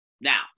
Now